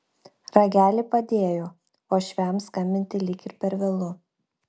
ragelį padėjo uošviams skambinti lyg ir per vėlu